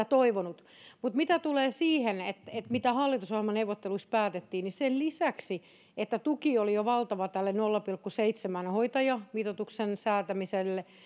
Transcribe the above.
toivonut mutta mitä tulee siihen mitä hallitusohjelmaneuvotteluissa päätettiin niin sen lisäksi että tuki oli jo valtava tälle nolla pilkku seitsemän hoitajamitoituksen säätämiselle